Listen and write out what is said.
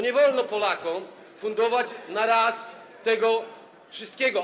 Nie wolno Polakom fundować naraz tego wszystkiego.